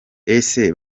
ese